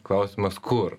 klausimas kur